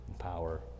power